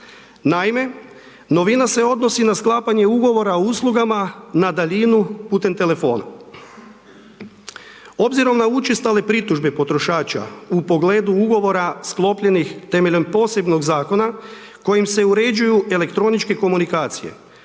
Naime, novina se odnosi na sklapanje ugovora o uslugama na daljinu putem telefona. Obzirom na učestale pritužbe potrošača u pogledu ugovora sklopljenih temeljem posebnog zakona kojim se uređuju elektroničke komunikacije